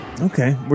Okay